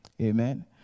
Amen